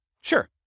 Sure